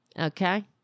Okay